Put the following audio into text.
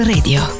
Radio